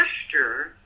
gesture